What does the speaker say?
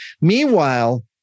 Meanwhile